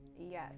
Yes